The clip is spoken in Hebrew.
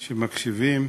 שמקשיבים,